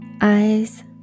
eyes